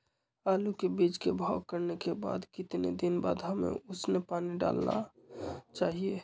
आलू के बीज के भाव करने के बाद कितने दिन बाद हमें उसने पानी डाला चाहिए?